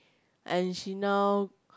and she now